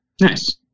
Nice